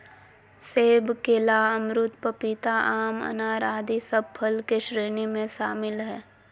सेब, केला, अमरूद, पपीता, आम, अनार आदि सब फल के श्रेणी में शामिल हय